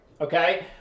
Okay